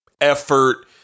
effort